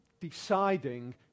deciding